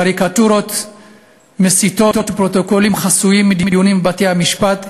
קריקטורות מסיתות ופרוטוקולים חסויים מדיונים בבתי-המשפט,